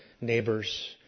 neighbors